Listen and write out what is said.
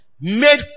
made